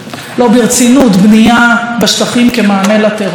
לא, ברצינות, בנייה בשטחים כמענה לטרור?